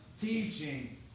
teaching